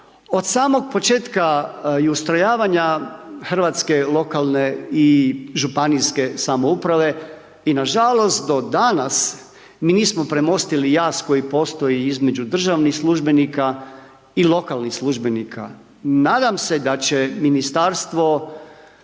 od samog početka i ustrojavanja hrvatske lokalne i županijske samouprave i nažalost do danas mi nismo premostili jaz koji postoji između državnih službenika i lokalnih službenika. Nadam se da će ministarstvo